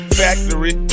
factory